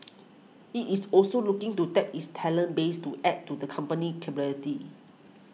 it is also looking to tap its talent base to add to the company's capabilities